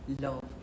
love